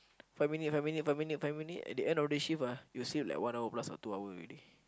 five minute five minute five minute five minute at the end of the shift ah you will sleep like one hour plus two hour already